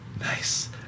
nice